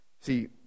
See